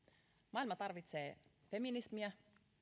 maailma tarvitsee feminismiä